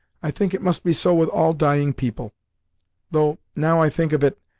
i think it must be so with all dying people though, now i think of it,